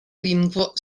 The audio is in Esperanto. lingvo